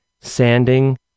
sanding